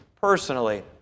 personally